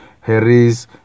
harry's